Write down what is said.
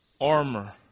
Armor